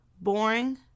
boring